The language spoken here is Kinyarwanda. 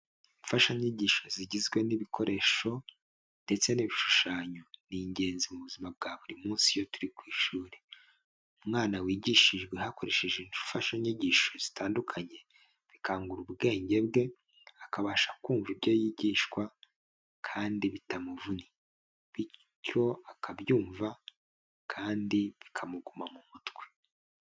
Imfashanyigisho zigizwe n'ibikoresho ndetse n'ibishushanyo ni ingenzi mu buzima bwa buri munsi iyo turi ku ishuri. Umwana wigishijwe hakoreshejwe imfashanyigisho zitandukanye bikangura ubwenge bwe akabasha kumva ibyo yigishwa kandi bitamuvunnye, bityo akabyumva kandi bikamuguma mu mutwe.